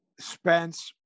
Spence